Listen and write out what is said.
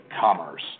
commerce